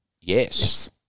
Yes